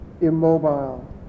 immobile